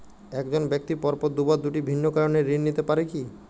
এক জন ব্যক্তি পরপর দুবার দুটি ভিন্ন কারণে ঋণ নিতে পারে কী?